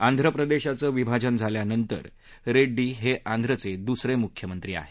आंध्रप्रदेशचं विभाजन झाल्यानंतर रेङ्डी हे आंध्रचे दुसरे मुख्यमंत्री आहेत